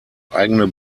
eigene